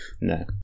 No